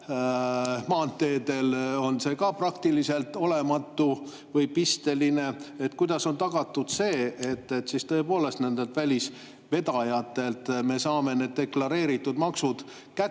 maanteedel on see ka praktiliselt olematu või pisteline. Kuidas on tagatud see, et me tõepoolest nendelt välisvedajatelt saame deklareeritud maksud kätte?